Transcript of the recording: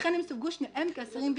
לכן הם סווגו שניהם כאסירים ביטחוניים.